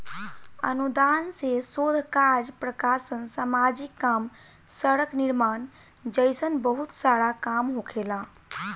अनुदान से शोध काज प्रकाशन सामाजिक काम सड़क निर्माण जइसन बहुत सारा काम होखेला